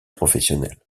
professionnel